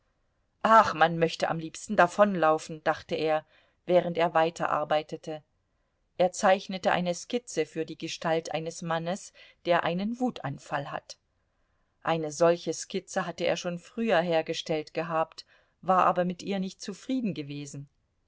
ach man möchte am liebsten davonlaufen dachte er während er weiterarbeitete er zeichnete eine skizze für die gestalt eines mannes der einen wutanfall hat eine solche skizze hatte er schon früher hergestellt gehabt war aber mit ihr nicht zufrieden gewesen